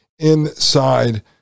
inside